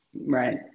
Right